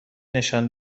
نشان